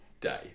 day